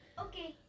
Okay